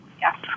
Yes